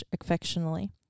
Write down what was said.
affectionately